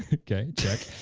ah okay, check,